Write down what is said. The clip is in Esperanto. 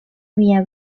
mia